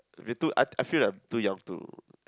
if it too I I feel that I'm too young to